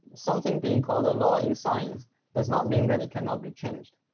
something being called a law in science does not mean that it cannot be changed.